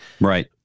Right